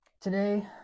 Today